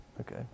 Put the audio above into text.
okay